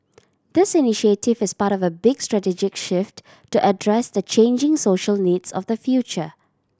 this initiative is part of a big strategic shift to address the changing social needs of the future